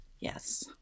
yes